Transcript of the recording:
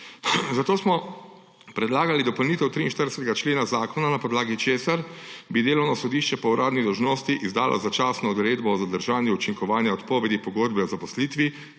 Zato smo predlagali dopolnitev 43. člena zakona, na podlagi česar bi delovno sodišče po uradni dolžnosti izdalo začasno odredbo o zadržanju učinkovanja odpovedi pogodbe o zaposlitvi